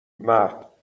مرد